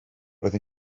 roedd